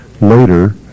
later